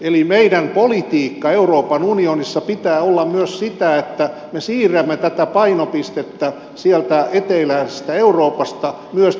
eli meidän politiikkamme euroopan unionissa pitää olla myös sitä että me siirrämme painopistettä sieltä eteläisestä euroopasta myös tänne pohjoiseen